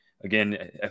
again